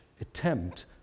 attempt